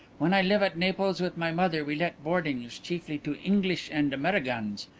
when i live at naples with my mother we let boardings, chiefly to inglish and amerigans.